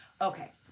Okay